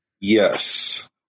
Yes